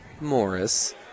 Morris